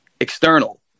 external